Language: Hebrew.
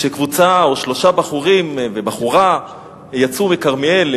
כשקבוצה או שלושה בחורים ובחורה יצאו מכרמיאל,